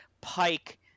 Pike